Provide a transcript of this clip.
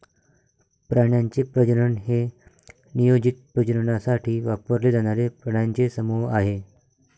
प्राण्यांचे प्रजनन हे नियोजित प्रजननासाठी वापरले जाणारे प्राण्यांचे समूह आहे